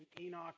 Enoch